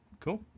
Cool